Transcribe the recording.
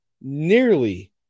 nearly